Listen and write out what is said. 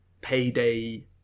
payday